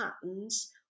patterns